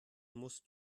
musst